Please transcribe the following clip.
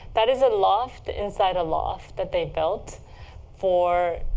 that is a loft inside a loft that they built for